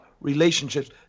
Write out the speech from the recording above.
relationships